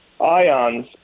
ions